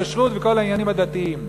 כשרות וכל העניינים הדתיים,